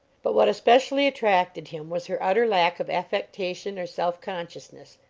but what especially attracted him was her utter lack of affectation or self-consciousness.